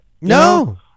No